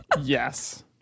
yes